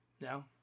No